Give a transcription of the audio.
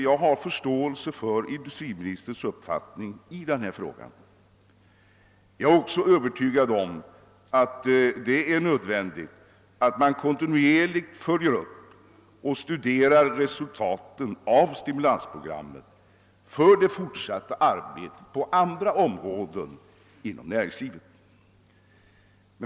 Jag har förståelse för industriministerns uppfattning i denna fråga och är också övertygad om att det är nödvändigt, att man kontinuerligt följer upp och studerar resultaten av stimulansprogrammet för det fortsatta arbetet på andra områden inom näringslivet.